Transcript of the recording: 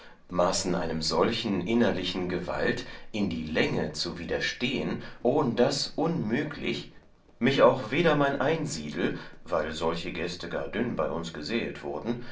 maßen einem solchen innerlichen gewalt in die länge zu widerstehen ohndas unmüglich mich auch weder mein einsiedel weil solche gäste gar dünn bei uns gesäet wurden